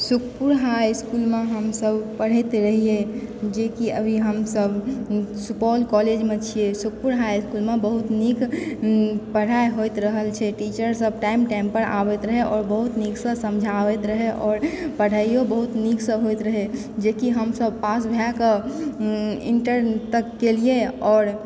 सुखपुर हाईइसकुलमे हमसब पढ़ैत रहिऐ जेकि अभी हमसब सुपौल कॉलेजमे छिऐ सुखपुर हाईइसकुलमे बहुत नीक पढ़ाइ होएत रहल छै टीचर सब टाइम टाइम पर आबैत रहए आओर बहुत नीकसंँ समझाबैत रहए आओर पढ़ाइयो बहुत नीकसंँ होएत रहए जेकि हम सब पास भए कऽ इंटर तक केलिए आओर अभी